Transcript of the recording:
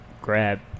grab